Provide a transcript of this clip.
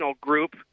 group